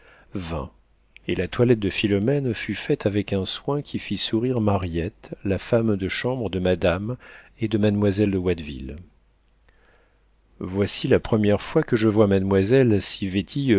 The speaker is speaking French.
vint et la toilette de philomène fut faite avec un soin qui fit sourire mariette la femme de chambre de madame et de mademoiselle de watteville voici la première fois que je vois mademoiselle